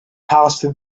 passed